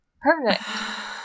perfect